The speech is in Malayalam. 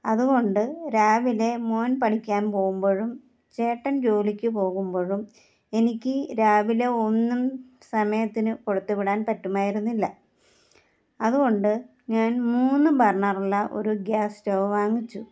അതുകൊണ്ട് രാവിലെ മകൻ പഠിക്കാൻ പോകുമ്പോഴും ചേട്ടൻ ജോലിയ്ക്ക് പോകുമ്പോഴും എനിക്ക് രാവിലെ ഒന്നും സമയത്തിനു കൊടുത്തു വിടാൻ പറ്റുമായിരുന്നില്ല അതുകൊണ്ട് ഞാൻ മൂന്ന് ബർണ്ണറുള്ള ഒരു ഗ്യാസ് സ്റ്റവ് വാങ്ങിച്ചു